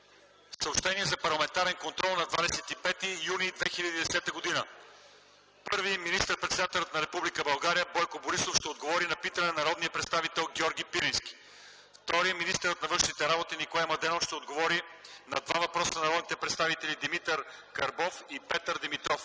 Съобщения за парламентарен контрол на 25 юни 2010 г.: 1. Министър-председателят на Република България Бойко Борисов ще отговори на питане от народния представител Георги Пирински. 2. Министърът на външните работи Николай Младенов ще отговори на два въпроса от народните представители Димитър Карбов и Петър Димитров.